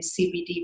CBD